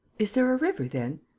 is there a river, then?